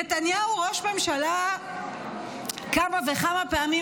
נתניהו ראש ממשלה כמה וכמה פעמים,